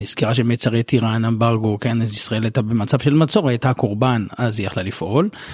הסגירה של מיצרי טירן אמברגו כן אז ישראל הייתה במצב של מצור הייתה קורבן אז היא יכלה לפעול.